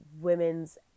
women's